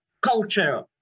culture